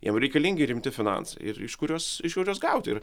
jiem reikalingi rimti finansai ir iš kur juos iš kur juos gauti ir